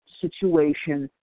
situation